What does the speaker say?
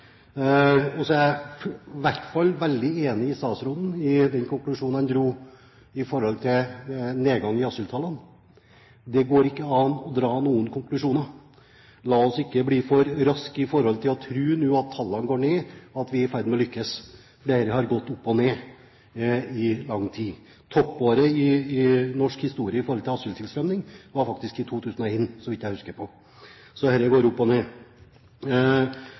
er i hvert fall veldig enig med statsråden i den konklusjonen han dro i forhold til nedgang i asyltallene: Det går ikke an å dra noen konklusjoner. La oss ikke bli for raske til å tro at tallene nå går ned, og at vi er i ferd med å lykkes, for dette har gått opp og ned i lang tid. Toppåret i norsk historie når det gjelder asyltilstrømning, var faktisk 2001, så vidt jeg husker, så dette går opp og ned.